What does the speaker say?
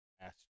Ask